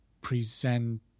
present